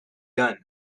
done